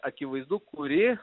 akivaizdu kuri